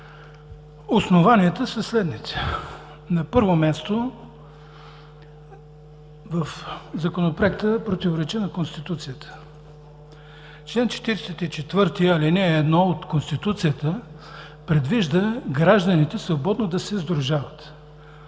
Основанията са следните. На първо място, Законопроектът противоречи на Конституцията – чл. 44, ал. 1 от Конституцията предвижда гражданите свободно да се сдружават.